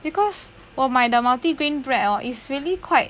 because 我买的 multi grain bread hor is really quite